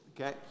okay